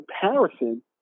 comparison